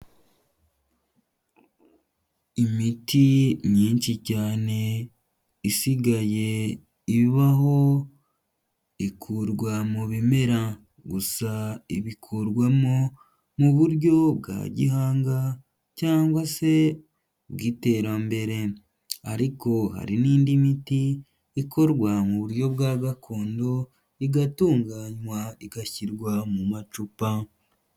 Imiti myinshi cyane isigaye ibaho ikurwa mu bimera, gusa ibikurwamo mu buryo bwa gihanga cyangwa se bw'iterambere, ariko hari n'indi miti ikorwa mu buryo bwa gakondo igatunganywa igashyirwa mu macupa.